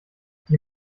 die